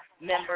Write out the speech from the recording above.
members